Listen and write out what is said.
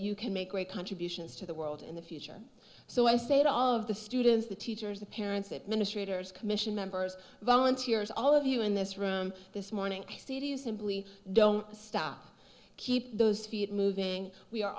you can make great contributions to the world in the future so i say it all of the students the teachers the parents administrators commission members volunteers all of you in this room this morning simply don't stop keep those feet moving we are